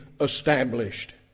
established